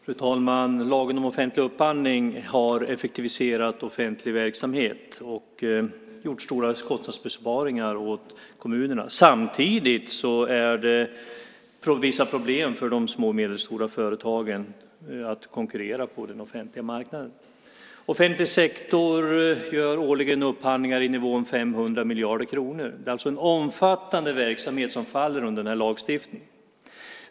Fru talman! Lagen om offentlig upphandling har effektiviserat offentlig verksamhet och lett till stora kostnadsbesparingar för kommunerna. Samtidigt är det vissa problem för de små och medelstora företagen att konkurrera på den offentliga marknaden. Offentlig sektor gör årligen upphandlingar i nivån 500 miljarder kronor. Det är alltså en omfattande verksamhet som faller under den lagstiftningen.